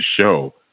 show